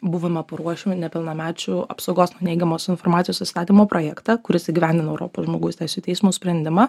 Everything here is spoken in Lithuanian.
buvome paruošėme nepilnamečių apsaugos nuo neigiamos informacijos įstatymo projektą kuris įgyvendino europos žmogaus teisių teismo sprendimą